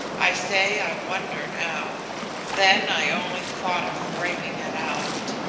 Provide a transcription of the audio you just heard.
i say i wonder now then i only thought of braving it out.